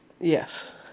yes